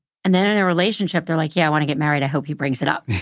and then in a relationship, they're like, yeah, i want to get married. i hope he brings it up.